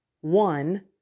one